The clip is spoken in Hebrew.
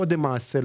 קודם מעשה,